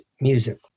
music